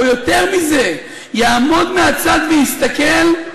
או יותר מזה: יעמוד מהצד ויסתכל,